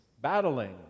battling